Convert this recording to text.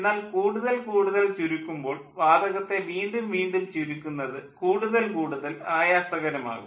എന്നാൽ കൂടുതൽ കൂടുതൽ ചുരുക്കുമ്പോൾ വാതകത്തെ വീണ്ടും ചുരുക്കുന്നത് കൂടുതൽ കൂടുതൽ ആയാസകരമാകും